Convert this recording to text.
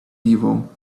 evil